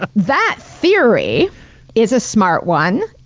ah that theory is a smart one,